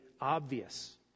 obvious